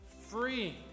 free